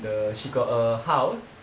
the she got a house